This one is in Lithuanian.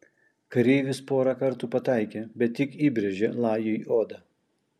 kareivis porą kartų pataikė bet tik įbrėžė lajui odą